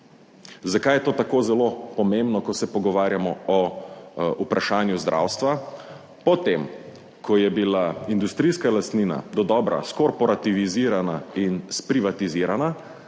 Zakaj je to tako zelo pomembno, ko se pogovarjamo o vprašanju zdravstva? Po tem, ko je bila industrijska lastnina dodobra skorporativizirana in sprivatizirana,